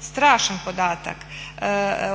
strašan podatak.